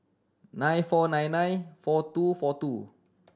nine four nine nine four two four two